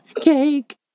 Cake